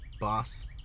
Boss